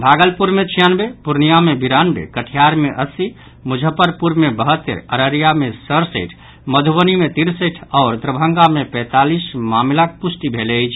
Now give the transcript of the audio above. भागलपुर मे छियानवे पूर्णिया मे बिरानवे कटिहार मे अस्सी मुजफ्फरपुर मे बहत्तरि अररिया मे सढ़सठि मधुबनी मे तिरसठि आओर दरभंगा मे पैंतालीस मामिलाक पुष्टि भेल अछि